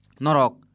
Norok